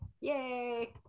yay